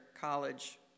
college